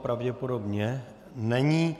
Pravděpodobně není.